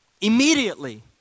immediately